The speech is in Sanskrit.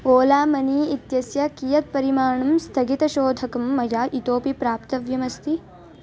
ओला मनी इत्यस्य कियत् परिमाणं स्थगितशोधकं मया इतोपि प्राप्तव्यमस्ति